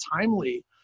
timely